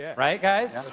yeah right, guys.